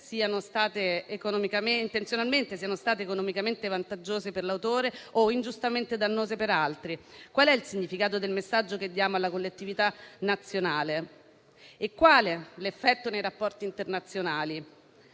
intenzionalmente siano state economicamente vantaggiose per l'autore o ingiustamente dannose per altri. Qual è il significato del messaggio che diamo alla collettività nazionale e quale l'effetto nei rapporti internazionali,